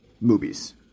movies